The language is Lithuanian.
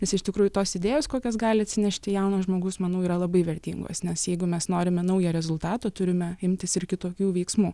nes iš tikrųjų tos idėjos kokias gali atsinešti jaunas žmogus manau yra labai vertingos nes jeigu mes norime naujo rezultato turime imtis ir kitokių veiksmų